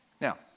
Now